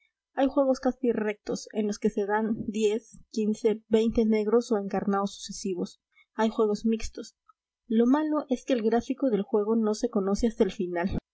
hay juegos casi rectos en los que se dan negros o encarnados sucesivos hay juegos mixtos lo malo es que el gráfico del juego no se conoce hasta el final